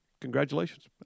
congratulations